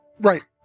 Right